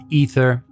ether